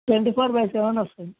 twenty four by seven వస్తాయి